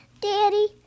Daddy